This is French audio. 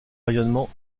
rayonnement